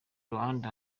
ruhande